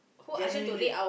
genuinely